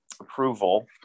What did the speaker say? approval